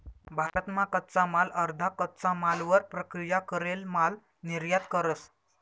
भारत मा कच्चा माल अर्धा कच्चा मालवर प्रक्रिया करेल माल निर्यात करस